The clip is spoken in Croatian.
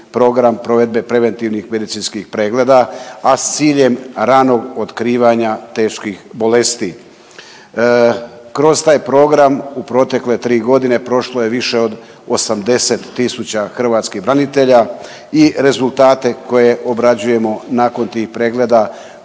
program provedbe preventivnih medicinskih pregleda, a s ciljem ranog otkrivanja teških bolesti. Kroz taj program u protekle tri godine prošlo je više od 80 000 hrvatskih branitelja i rezultate koje obrađujemo nakon tih pregleda,